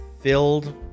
filled